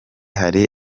hari